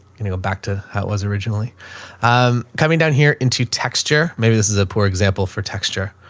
can you go back to how it was originally? i'm coming down here in two texture. maybe this is a poor example for texture.